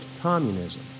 communism